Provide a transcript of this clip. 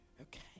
Okay